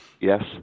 Yes